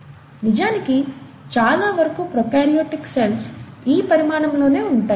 నిజానికి చాలా వరకు ప్రాకారయోటిక్ సెల్స్ ఈ పరిమాణంలోనే ఉంటాయి